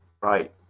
right